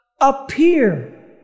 appear